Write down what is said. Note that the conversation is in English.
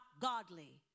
godly